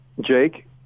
Jake